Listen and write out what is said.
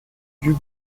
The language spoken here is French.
duc